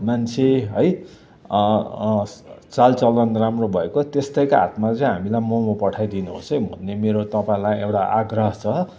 मान्छे है चाल चलन राम्रो भएको त्यस्तैका हातमा चाहिँ हामीलाई मम पठाइदिनुहोस् है भन्ने मेरो तपाईँलाई एउटा आग्रह छ है